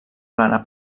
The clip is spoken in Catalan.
plana